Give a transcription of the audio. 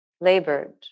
labored